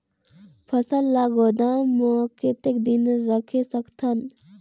फसल ला गोदाम मां कतेक दिन रखे सकथन?